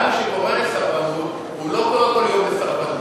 גם מי שקורא לסרבנות, הוא לא קורא כל יום לסרבנות,